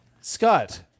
Scott